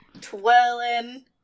twirling